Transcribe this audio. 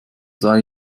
sei